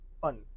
fun